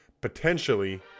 potentially